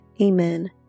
Amen